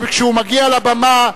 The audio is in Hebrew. כשהוא מגיע לבמה,